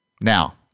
Now